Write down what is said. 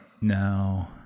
No